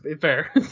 Fair